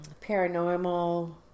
paranormal